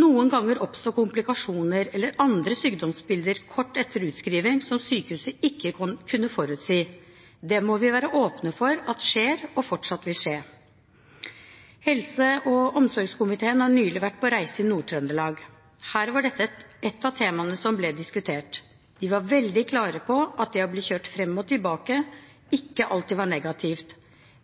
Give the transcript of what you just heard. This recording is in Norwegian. Noen ganger oppstår komplikasjoner eller andre sykdomsbilder kort tid etter utskrivning, som sykehuset ikke kunne forutsi. Det må vi være åpne for at skjer og fortsatt vil skje. Helse- og omsorgskomiteen har nylig vært på reise i Nord-Trøndelag. Her var dette et av temaene som ble diskutert. De var veldig klare på at det å bli kjørt fram og tilbake ikke alltid var negativt.